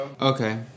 Okay